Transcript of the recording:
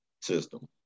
system